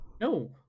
no